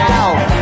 out